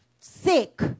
sick